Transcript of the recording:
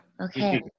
okay